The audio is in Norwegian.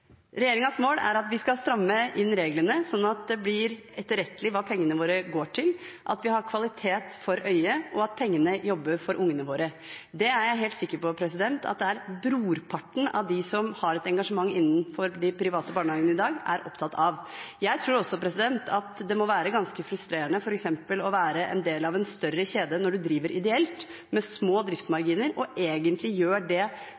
mål er at vi skal stramme inn reglene slik at det blir etterrettelig hva pengene våre går til, at vi har kvalitet for øye, og at pengene jobber for barna våre. Det er jeg helt sikker på at brorparten av dem som har et engasjement innenfor de private barnehagene i dag, er opptatt av. Jeg tror også at det må være ganske frustrerende f.eks. å være en del av en større kjede, når man driver ideelt med små driftsmarginer og egentlig gjør det